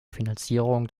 finanzierung